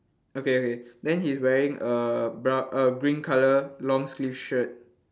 okay okay then he's wearing err brow~ err green colour long sleeve shirt